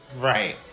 Right